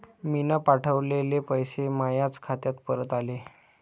मीन पावठवलेले पैसे मायाच खात्यात परत आले